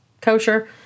Kosher